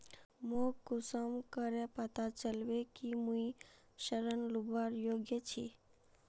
मोक कुंसम करे पता चलबे कि मुई ऋण लुबार योग्य छी?